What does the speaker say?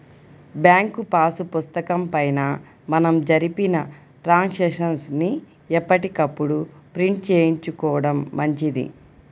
bank pass పుస్తకం పైన మనం జరిపిన ట్రాన్సాక్షన్స్ ని ఎప్పటికప్పుడు ప్రింట్ చేయించుకోడం మంచిది